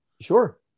Sure